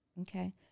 Okay